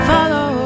Follow